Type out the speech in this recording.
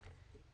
תמשיך.